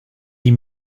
die